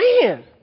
man